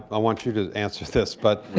i want you to answer this, but